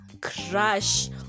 crush